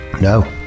no